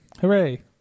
Hooray